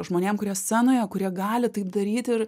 žmonėm kurie scenoje kurie gali taip daryti ir